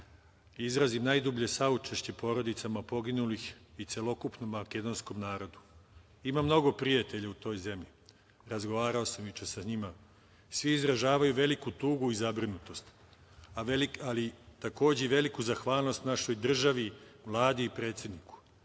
izrazim najdublje saučešće porodicama poginulih i celokupnom makedonskom narodu. Imam mnogo prijatelja u toj zemlji, razgovarao sam juče sa njima, svi izražavaju veliku tugu i zabrinutost, ali takođe i veliku zahvalnosti našoj državi, Vladi i predsedniku.